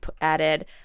added